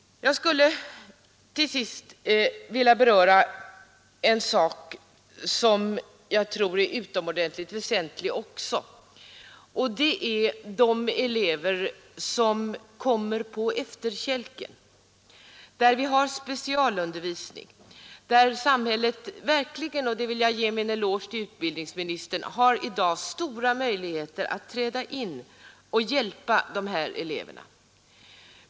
Jag vill till sist beröra en fråga som jag också tror är utomordentligt viktig, nämligen frågan om de elever som kommer på efterkälken. För dem har vi specialundervisning, och samhället har verkligen — och här vill jag ge utbildningsministern en eloge — i dag stora möjligheter att träda in och hjälpa dessa elever.